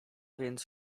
więc